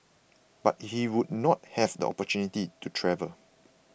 but he would not have the opportunity to travel